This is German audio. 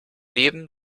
leben